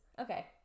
Okay